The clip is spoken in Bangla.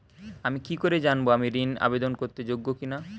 আমি কি করে জানব আমি ঋন আবেদন করতে যোগ্য কি না?